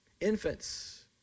Infants